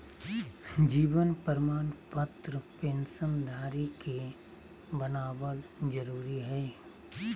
जीवन प्रमाण पत्र पेंशन धरी के बनाबल जरुरी हइ